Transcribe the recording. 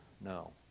No